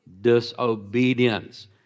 disobedience